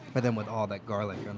but then with all that garlic, and